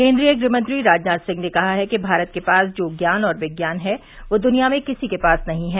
केन्द्रीय गृहमंत्री राजनाथ सिंह ने कहा है कि भारत के पास जो ज्ञान और विज्ञान है वह दुनिया में किसी के पास नहीं है